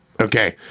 Okay